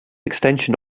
extension